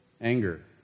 anger